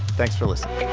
thanks for listening